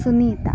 Sunita